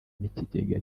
n’ikigega